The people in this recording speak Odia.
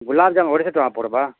ଗୁଲାପ୍ଜାମ୍ ଅଢ଼େଇ ଶହ ଟଙ୍କା ପଡ଼୍ବା